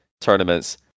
tournaments